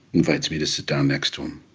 invites me to sit down next to him